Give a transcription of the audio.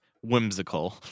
whimsical